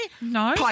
No